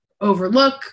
overlook